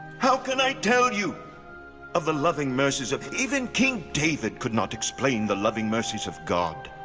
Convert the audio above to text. how can i tell you of the loving mercies of even king david could not explain the loving mercies of god.